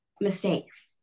mistakes